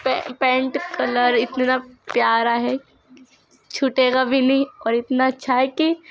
pant colour اتنا پیارا ہے چھوٹے گا بھی نہیں اور اتنا اچھا ہے کہ